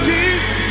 Jesus